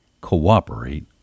cooperate